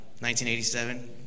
1987